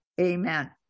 amen